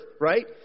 right